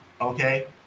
okay